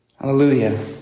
Hallelujah